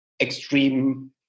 extreme